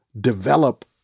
develop